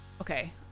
okay